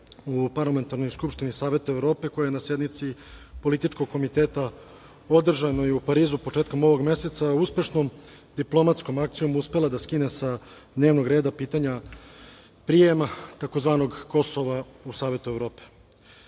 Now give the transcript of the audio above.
u Parlamentarnoj skupštini SE, koja je na sednici političkog Komiteta održanoj u Parizu početkom ovog meseca, uspešnom diplomatskom akcijom uspela da skine sa dnevnog reda pitanja prijema tzv. Kosova u Savet